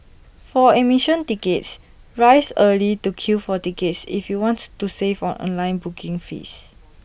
for admission tickets rise early to queue for tickets if you want to save on online booking fees